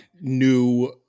new